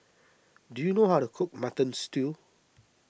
do you know how to cook Mutton Stew